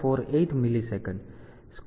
548 millisecond